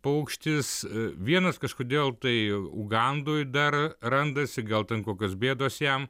paukštis vienas kažkodėl tai ugandoj dar randasi gal ten kokios bėdos jam